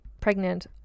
pregnant